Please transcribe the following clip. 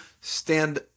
stand